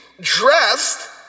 dressed